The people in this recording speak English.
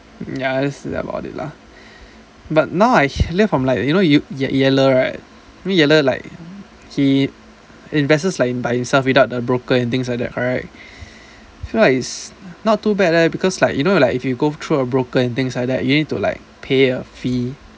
ya that's about it lah but now I live from like you know you yaller right I mean yaller like he invests like by himself without a broker and things like that correct so like it's not too bad leh because like you know like if you go through a broker and things like that you need to like pay a fee